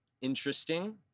interesting